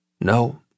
No